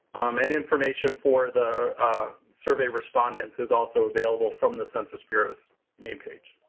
and information for the survey respondents is also available from the census bureau's main page.